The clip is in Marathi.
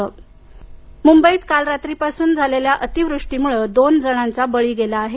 मुंबई पाऊस मुंबईत काल रात्रीपासून झालेल्या अतिवृष्टीमुळं दोन जणांचा बळी गेला आहे